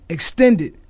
Extended